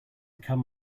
come